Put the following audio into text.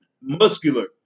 muscular